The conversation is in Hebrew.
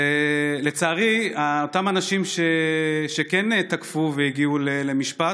לצערי, אותם אנשים שכן תקפו והגיעו למשפט,